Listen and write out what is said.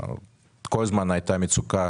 בעמותה כל הזמן הייתה מצוקה